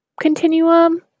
continuum